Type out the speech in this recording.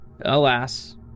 alas